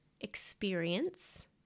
experience